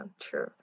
True